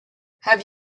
have